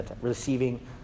receiving